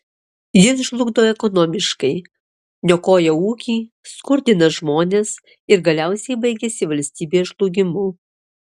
jis žlugdo ekonomiškai niokoja ūkį skurdina žmones ir galiausiai baigiasi valstybės žlugimu